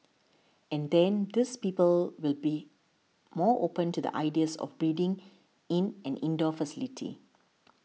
and then these people will be more open to the ideas of breeding in an indoor facility